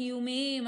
הקיומיים,